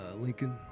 Lincoln